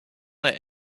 let